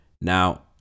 Now